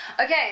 okay